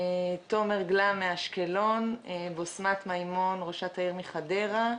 תומר גלאם מאשקלון, בשמת מימון, ראשת העיר חדרה;